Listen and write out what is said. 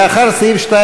לאחרי סעיף 2,